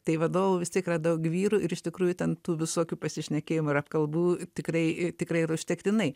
tai vadovų vis tiek yra daug vyrų ir iš tikrųjų ten tų visokių pasišnekėjimų ir apkalbų tikrai tikrai yra užtektinai